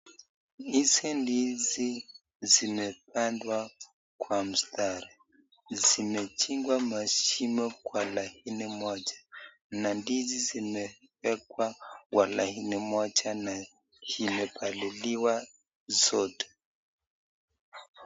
Hizi ndizi zimepandwa kwa mstari. Zimechimbwa mashimo kwa laini moja na ndizi zimewekwa kwa laini moja na imepaliliwa zote.